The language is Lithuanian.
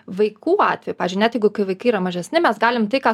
vaikų atveju pavyzdžiui net jeigu kai vaikai yra mažesni mes galim tai ką